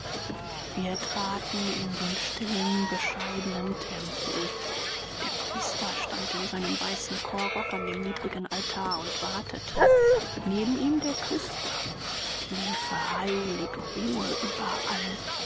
wir traten in den stillen bescheidenen tempel der priester stand in seinem weißen chorrock an dem niedrigen altar und wartete neben ihm der küster tiefe heilige ruhe überall